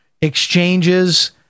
exchanges